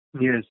Yes